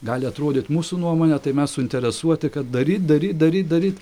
gali atrodyt mūsų nuomone tai mes suinteresuoti kad daryt daryt daryt daryt